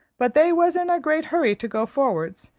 but they was in a great hurry to go forwards,